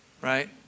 Right